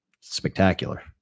spectacular